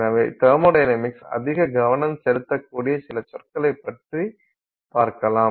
எனவே தெர்மொடைனமிக்ஸில் அதிக கவனம் செலுத்தக் கூடிய சில சொற்களைப் பற்றிப் பார்க்கலாம்